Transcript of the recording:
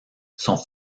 sont